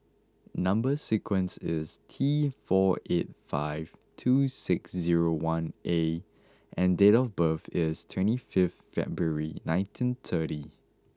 number sequence is T four eight five two six zero one A and date of birth is twenty fifth February nineteen thirty